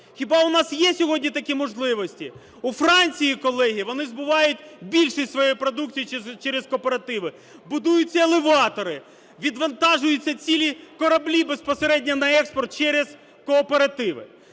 Хіба у нас є сьогодні такі можливості? У Франції, колеги, вони збувають більшість своєї продукції через кооперативи. Будуються елеватори, відвантажуються цілі кораблі безпосередньо на експорт через кооперативи.